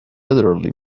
literally